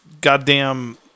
goddamn